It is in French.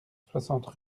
soixante